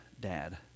dad